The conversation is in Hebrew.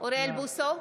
אוריאל בוסו,